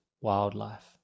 wildlife